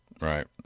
Right